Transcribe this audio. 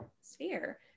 sphere